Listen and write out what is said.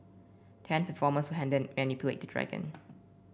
ten performers will handle and manipulate the dragon